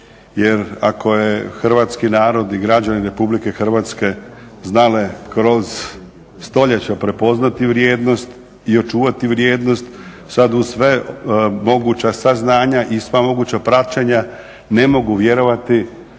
Jer ako je Hrvatski narod i građani Republike Hrvatske znale kroz stoljeća prepoznati vrijednost i očuvati vrijednost sad uz sva moguća saznanja i sva moguća praćenja ne mogu vjerovati